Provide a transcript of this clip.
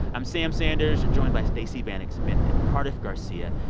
i'm sam sanders, joined by stacey vanek-smith and cardiff garcia,